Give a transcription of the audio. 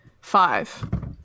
five